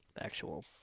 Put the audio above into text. Actual